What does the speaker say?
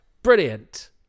Brilliant